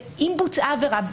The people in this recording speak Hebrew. אם בוצעה עבירה בתאגיד,